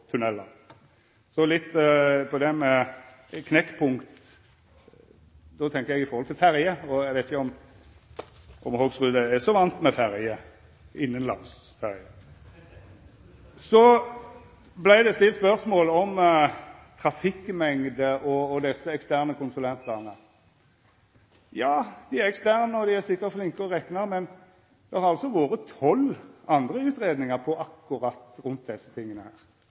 tunnelar. Så litt til det med knekkpunkt. Då tenkjer eg i forhold til ferjer. Eg veit ikkje om Hoksrud er så van med ferjer – innanlandsferjer. Så vart det stilt spørsmål om trafikkmengde og desse eksterne konsulentane. Ja, dei er eksterne, og dei er sikkert flinke til å rekna, men det har altså vore tolv andre